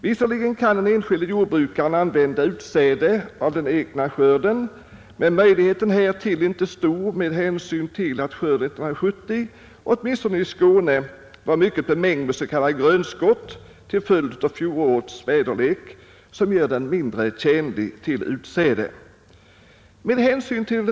Visserligen kan den enskilde jordbrukaren använda utsäde av den egna skörden, men den möjligheten är inte stor med hänsyn till att skörden 1970, åtminstone i Skåne, till följd av fjolårets väderlek var starkt bemängd med s.k. grönskott som gör den mindre tjänlig till utsäde.